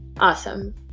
Awesome